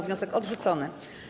Wniosek odrzucony.